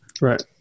Right